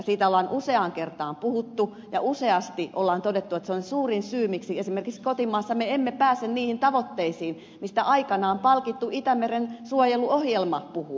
siitä ollaan useaan kertaan puhuttu ja useasti ollaan todettu että se on suurin syy miksi esimerkiksi kotimaassa me emme pääse niihin tavoitteisiin mistä aikanaan palkittu itämeren suojeluohjelma puhuu